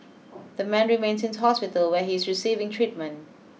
the man remains in hospital where he is receiving treatment